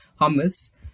hummus